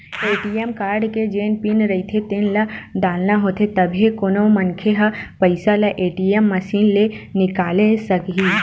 ATM card के जेन PIN रहिथे तेन ल डालना होथे तभे कोनो मनखे ह पइसा ल ए.टी.एम मसीन ले निकाले सकही